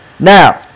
Now